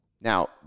Now